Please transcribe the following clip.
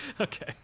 Okay